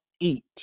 eat